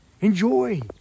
Enjoy